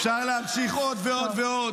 אפשר להמשיך עוד ועוד ועוד.